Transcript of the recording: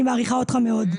אני מעריכה אותך מאוד.